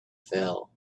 fell